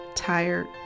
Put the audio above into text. tired